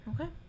Okay